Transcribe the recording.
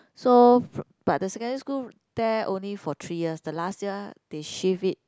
so fr~ but the secondary school there only for three years the last year they shift it